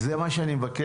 אז זה מה שאני מבקש.